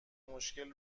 مشکل